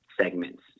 segments